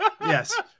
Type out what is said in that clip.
Yes